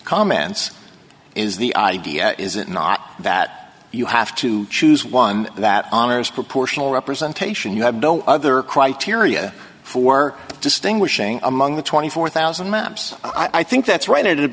comments is the idea is it not that you have to choose one that honors proportional representation you have no other criteria for distinguishing among the twenty four thousand maps i think that's right